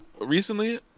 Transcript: recently